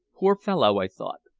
poor fellow, i thought,